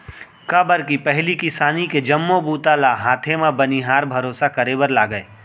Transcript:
काबर के पहिली किसानी के जम्मो बूता ल हाथे म बनिहार भरोसा करे बर लागय